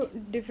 mmhmm